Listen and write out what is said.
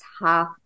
half